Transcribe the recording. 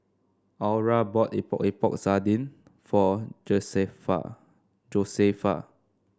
Aura bought Epok Epok Sardin for Josefa